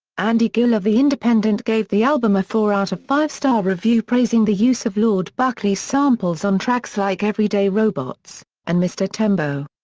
andy gill of the independent gave the album a four out of five star review praising the use of lord buckley samples on tracks like everyday robots and mr tembo.